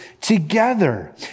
together